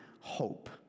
hope